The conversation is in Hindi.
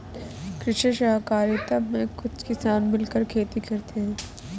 कृषि सहकारिता में कुछ किसान मिलकर खेती करते हैं